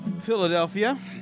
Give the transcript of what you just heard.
Philadelphia